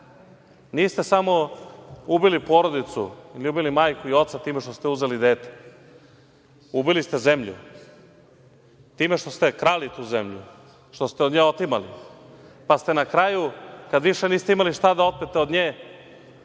Niste samo ubili porodicu ili ubili majku i oca time što ste uzeli dete. Ubili ste zemlju time što ste krali tu zemlju, što ste od nje otimali, pa ste na kraju, kada više niste imali šta da otmete od nje,